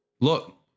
Look